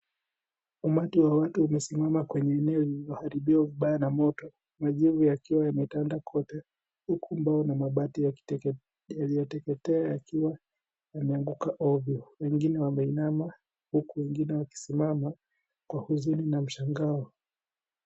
Umati wa watu umesimama kwenye eneo liloharibiwa vibaya na moto. Majivu yakiwa yametenda kote huku mbao na mabati yaliyoteketea yameanguka ovyo. Wengine wameinama huku wengine wakisimama kwa huzuni na mshangao.